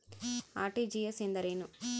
RTGS ಎಂದರೇನು?